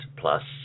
plus